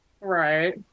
Right